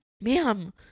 ma'am